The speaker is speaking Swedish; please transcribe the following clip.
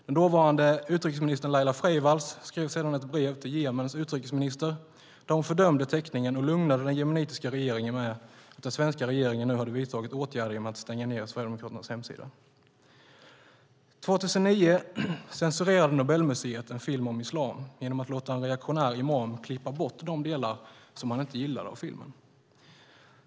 Den dåvarande utrikesministern Laila Freivalds skrev sedan ett brev till Jemens utrikesminister där hon fördömde teckningen och lugnade den jemenitiska regeringen med att den svenska regeringen nu hade vidtagit åtgärder genom att stänga ned Sverigedemokraternas hemsida. År 2009 censurerade Nobelmuseet en film om islam genom att låta en reaktionär imam klippa bort de delar av filmen som han inte gillade.